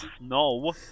No